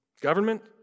Government